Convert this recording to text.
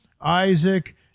Isaac